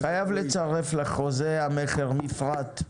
הוא חייב לצרף לחוזה המכר מפרט.